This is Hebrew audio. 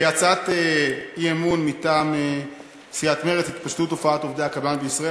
הצעת אי-אמון מטעם סיעת מרצ: התפשטות תופעת עובדי הקבלן בישראל.